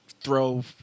throw